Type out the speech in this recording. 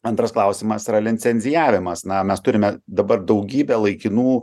antras klausimas yra licencijavimas na mes turime dabar daugybę laikinų